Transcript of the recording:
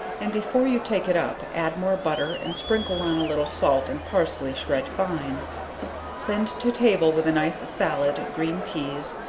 and before you take it up, add more butter and sprinkle on a little salt and parsley shred fine send to table with a nice sallad, green peas,